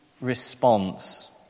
response